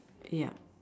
ya